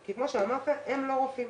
כי כמו שאמרת, הם לא רופאים.